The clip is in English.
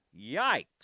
Yikes